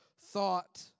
thought